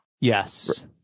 Yes